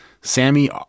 Sammy